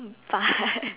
but